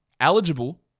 eligible